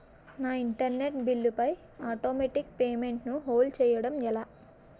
నా internet bill పై automatic payment ను హోల్డ్ చేయటం ఎలా?